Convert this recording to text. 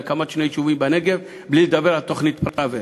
הקמת שני יישובים בנגב בלי לדבר על תוכנית פראוור.